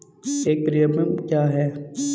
एक प्रीमियम क्या है?